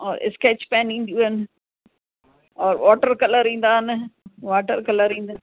ऐं sketch pen ईंदियूं आहिनि और वॉटर कलर ईंदा आहिनि वाटर कलर ईंदा आहिनि